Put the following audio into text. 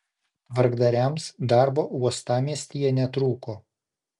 tvarkdariams darbo uostamiestyje netrūko